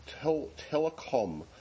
telecom